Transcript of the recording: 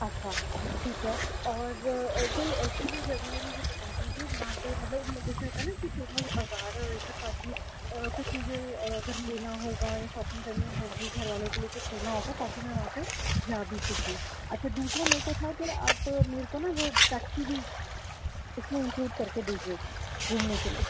اچھا ٹھیک ہے اور کوئی ایسی بھی جگاہیں مجھے بتا دیجیے جہاں پہ مطلب جیسے ہوتا ہے نا کہ فیمس بازار یا پاس ہی کچھ مجھے اگر لینا ہوگا یا شاپنگ کرنی ہوگی گھر والوں کے لیے کچھ خریدنا ہوگا تاکہ میں وہاں پہ جی ہاں اچھا دوسرا میرے کو تھا کہ آپ میرے کو نا وہ ٹیکسی بھی اس میں انکلوڈ کر کے دیجیے گا گھومنے کے لیے